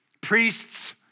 Priests